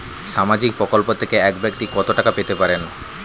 সামাজিক প্রকল্প থেকে এক ব্যাক্তি কত টাকা পেতে পারেন?